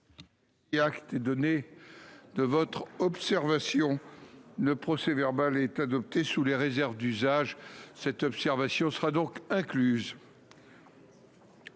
Et acte et donner de votre observation le procès verbal est adopté sous les réserves d'usage. Cette observation sera donc incluses.